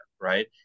Right